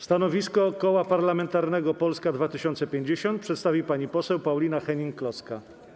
Stanowisko Koła Parlamentarnego Polska 2050 przedstawi pani poseł Paulina Hennig-Kloska.